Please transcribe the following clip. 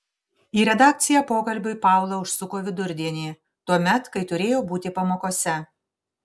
į redakciją pokalbiui paula užsuko vidurdienį tuomet kai turėjo būti pamokose